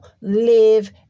live